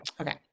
Okay